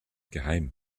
geheim